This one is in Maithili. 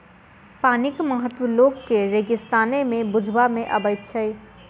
पानिक महत्व लोक के रेगिस्ताने मे बुझबा मे अबैत छै